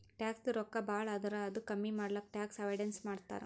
ಟ್ಯಾಕ್ಸದು ರೊಕ್ಕಾ ಭಾಳ ಆದುರ್ ಅದು ಕಮ್ಮಿ ಮಾಡ್ಲಕ್ ಟ್ಯಾಕ್ಸ್ ಅವೈಡನ್ಸ್ ಮಾಡ್ತಾರ್